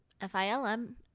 f-i-l-m